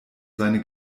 seine